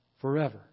forever